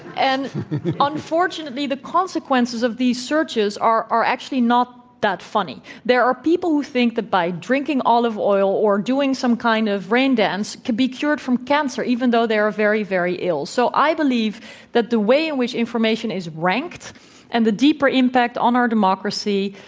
and unfortunately, the consequences of these searches are are actually not that funny. there are people who think that by drinking olive oil or doing some kind of rain dance to be cured from cancer, even though they are very, very ill. so, i believe that the way in which information is ranked and the deeper impact on our democracy,